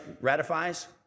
ratifies